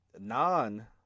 non